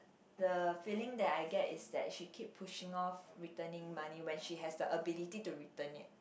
the feeling that I get is that she keep pushing off returning money when she has the ability to return it